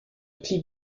clip